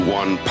one